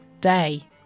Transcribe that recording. day